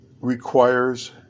requires